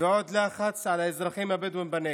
ועוד לחץ על האזרחים הבדואים בנגב,